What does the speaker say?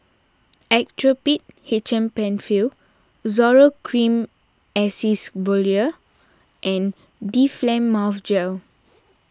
Actrapid H M Penfill Zoral Cream Acyclovir and Difflam Mouth Gel